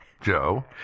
Joe